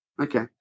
Okay